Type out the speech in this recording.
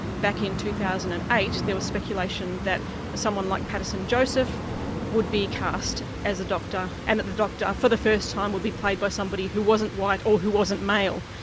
back in two thousand and eight there was speculation that someone like paterson joseph would be cast as a doctor, and that the doctor for the first time would be played by somebody who wasn't white or who wasn't male.